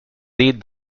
dit